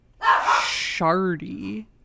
shardy